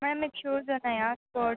ma'am మీకు shoes ఉన్నాయా sports